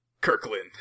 Kirkland